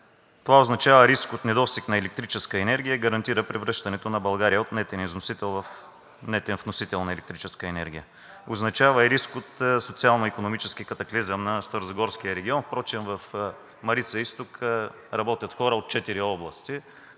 Това означава риск от недостиг на електрическа енергия и гарантира превръщането на България от нетен износител в нетен вносител на електрическа енергия. Означава и риск от социално-икономически катаклизъм на Старозагорския регион. Впрочем в „Марица изток“ работят хора от четири области